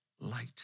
light